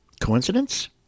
Coincidence